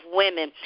women